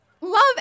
Love